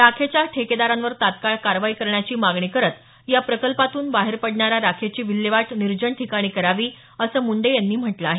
राखेच्या ठेकेदारांवर तात्काळ कारवाई करण्याची मागणी करत या प्रकल्पातून बाहेर पडणाऱ्या राखेची विल्हेवाट निर्जन ठिकाणी करावी असं मुंडे यांनी म्हटलं आहे